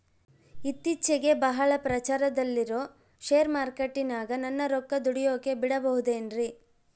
ಇತ್ತೇಚಿಗೆ ಬಹಳ ಪ್ರಚಾರದಲ್ಲಿರೋ ಶೇರ್ ಮಾರ್ಕೇಟಿನಾಗ ನನ್ನ ರೊಕ್ಕ ದುಡಿಯೋಕೆ ಬಿಡುಬಹುದೇನ್ರಿ?